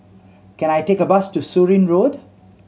can I take a bus to Surin Road